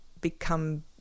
become